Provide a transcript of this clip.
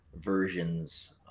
versions